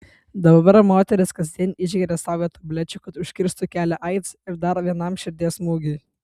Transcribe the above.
dabar moteris kasdien išgeria saują tablečių kad užkirstų kelią aids ir dar vienam širdies smūgiui